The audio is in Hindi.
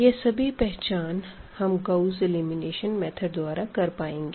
यह सभी पहचान हम गाउस एलिमिनेशन मेथड द्वारा कर पाएंगे